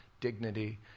dignity